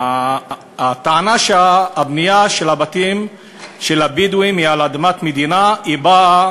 הטענה שהבנייה של הבתים של הבדואים היא על אדמת מדינה באה